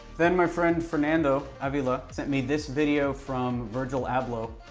then my friend fernando avila, sent me this video from virgil abloh,